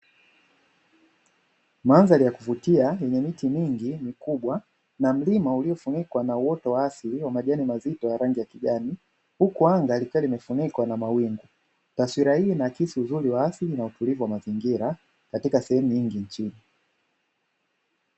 Mandhari ya kuvutia yenye miti mingi mikubwa na mlima uliofunikwa na uoto wa asili wa majani mazito ya rangi ya kijani. Huku anga likiwa limefunikwa na mawingu; taswira hii inaakisi uzuri wa asili na utulivu wa mazingira katika sehemu nyingi nchini.